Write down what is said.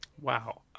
wow